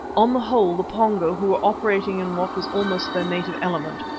on the whole the pongo, who were operating in what was almost their native element,